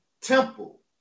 temple